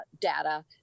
data